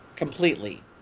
Completely